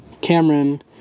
Cameron